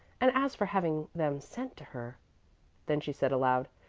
and as for having them sent to her then she said aloud,